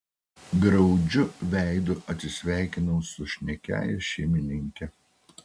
graudžiu veidu atsisveikinau su šnekiąja šeimininke